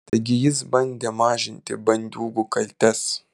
taigi jis bandė mažinti bandiūgų kaltes